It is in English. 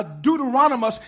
Deuteronomy